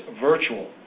virtual